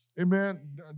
Amen